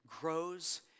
grows